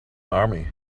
army